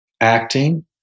acting